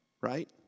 right